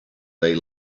they